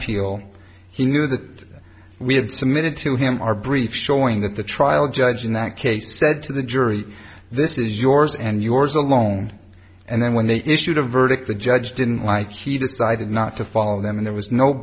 appeal he knew that we had submitted to him our brief showing that the trial judge in that case said to the jury this is yours and yours alone and then when they issued a verdict the judge didn't like he decided not to follow them